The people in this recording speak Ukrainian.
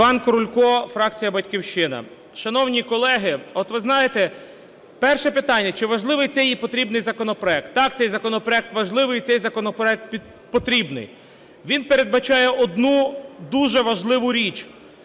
Іван Крулько, фракція "Батьківщина". Шановні колеги, от ви знаєте, перше питання: чи важливий це і потрібний законопроект? Так, цей законопроект важливий і цей законопроект потрібний. Він передбачає одну дуже важливу річ